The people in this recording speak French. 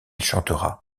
chantera